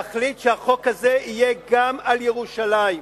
להחליט שהחוק הזה יחול גם על ירושלים,